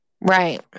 Right